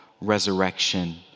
resurrection